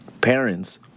parents